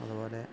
അതുപോലെ